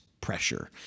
pressure